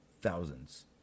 thousands